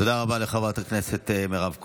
תודה רבה לחברת הכנסת מירב כהן.